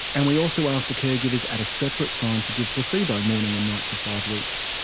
and we also asked the caregivers at a separate time to give placebo morning and night for five weeks.